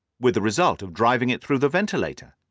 with the result of driving it through the ventilator.